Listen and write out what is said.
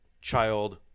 child